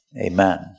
amen